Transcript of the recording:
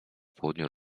południu